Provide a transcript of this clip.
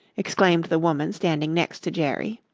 exclaimed the woman standing next to jerry.